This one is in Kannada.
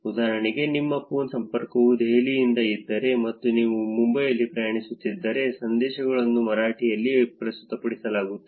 ಉದಾಹರಣೆಗೆ ನಿಮ್ಮ ಫೋನ್ ಸಂಪರ್ಕವು ದೆಹಲಿಯಿಂದ ಇದ್ದರೆ ಮತ್ತು ನೀವು ಮುಂಬೈನಲ್ಲಿ ಪ್ರಯಾಣಿಸುತ್ತಿದ್ದರೆ ಸಂದೇಶಗಳನ್ನು ಮರಾಠಿಯಲ್ಲಿ ಪ್ರಸ್ತುತಪಡಿಸಲಾಗುತ್ತದೆ